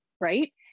right